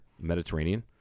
Mediterranean